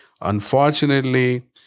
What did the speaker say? Unfortunately